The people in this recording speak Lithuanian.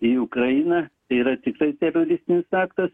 į ukrainą tai yra tiktai teroristinis aktas